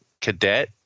cadet